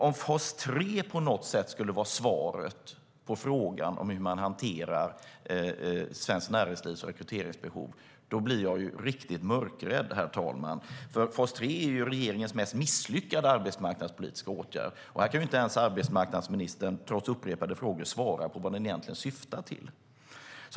Om fas 3 på något sätt skulle vara svaret på frågan om hur man hanterar svenskt näringslivs rekryteringsbehov blir jag riktigt mörkrädd, herr talman. Fas 3 är regeringens mest misslyckade arbetsmarknadspolitiska åtgärd. Arbetsmarknadsministern kan inte ens, trots upprepade frågor, svara på vad den egentligen syftar till.